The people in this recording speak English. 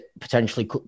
potentially